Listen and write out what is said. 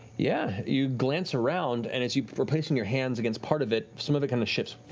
yeah. you glance around and as you were placing your hands against part of it some of it kind of shifts,